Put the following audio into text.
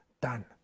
done